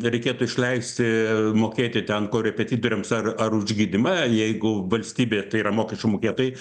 reikėtų išleisti mokėti ten korepetitoriams ar ar už gydymą jeigu valstybė tai yra mokesčių mokėtojai